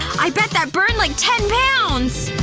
i bet that burned like ten pounds.